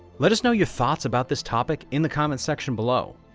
let us know your thoughts about this topic in the comments section below.